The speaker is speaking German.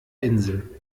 insel